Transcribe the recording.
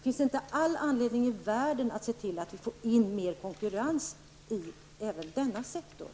Finns det inte all anledning i världen att se till att vi får in mer konkurrens i denna sektor?